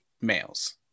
males